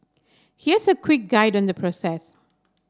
here's a quick guide on the process